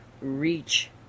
reach